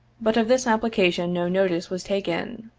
but of this application no notice was taken.